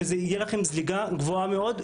ותהיה לכם זליגה גבוהה מאוד,